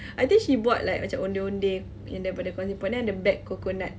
I think she buat like macam ondeh-ondeh in daripada then the bag coconut